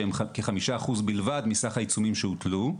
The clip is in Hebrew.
שהם כ-5% בלבד מסך העיצומים שהוטלו.